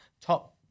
top